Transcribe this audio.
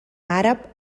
àrab